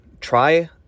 Try